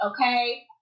Okay